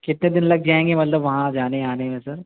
کتے دِن لگ جائیں گے مطلب وہاں جانے آنے میں سر